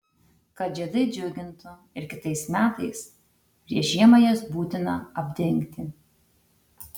kad žiedai džiugintų ir kitais metais prieš žiemą jas būtina apdengti